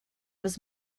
was